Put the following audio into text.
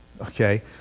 okay